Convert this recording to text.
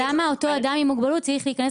למה אותו אדם עם מוגבלות צריך להיכנס